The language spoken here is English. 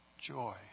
joy